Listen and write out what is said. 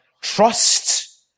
trust